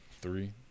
three